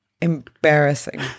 Embarrassing